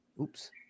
oops